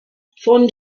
von